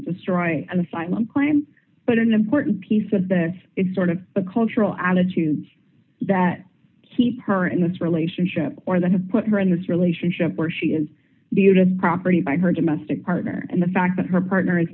destroy an asylum claim but an important piece of that it's sort of the cultural attitudes that keep her in this relationship or that have put her in this relationship where she is due to property by her domestic partner and the fact that her partner i